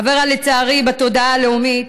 אברה, לצערי, בתודעה הלאומית